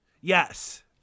Yes